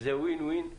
זה win-win,